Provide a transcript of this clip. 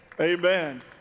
Amen